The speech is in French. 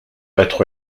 être